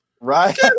Right